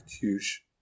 Huge